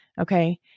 Okay